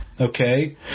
Okay